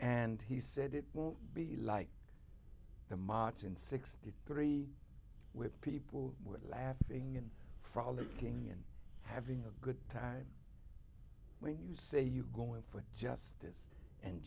and he said it will be like the march in sixty three where people were laughing and frolicking in having a good time when you say you go in for justice and